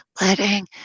letting